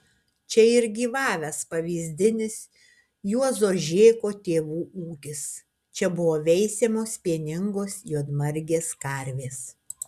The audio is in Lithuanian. čia ir gyvavęs pavyzdinis juozo žėko tėvų ūkis čia buvo veisiamos pieningos juodmargės karvės